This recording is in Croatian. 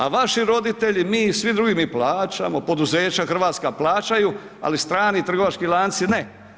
A vaši roditelji, mi i svi drugi mi plaćamo, poduzeća hrvatska plaćaju, ali strani trgovački lanci ne.